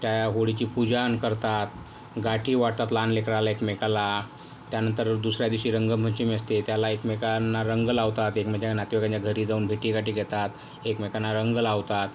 त्या होळीची पूजन करतात गाठी वाटतात लहान लेकराला एकमेकाला त्यानंतर दुसऱ्या दिवशी रंगपंचमी असते त्याला एकमेकांना रंग लावतात एकमेकाना नातेवाईकांच्या घरी जाऊन भेटीगाठी घेतात एकमेकांना रंग लावतात